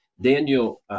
Daniel